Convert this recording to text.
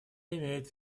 имеет